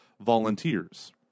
volunteers